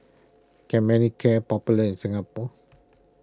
can Manicare popular in Singapore